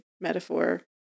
metaphor